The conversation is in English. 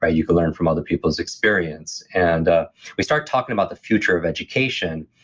ah you could learn from other people's experience and ah we start talking about the future of education,